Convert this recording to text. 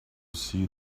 see